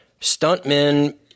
stuntmen